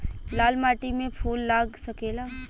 लाल माटी में फूल लाग सकेला?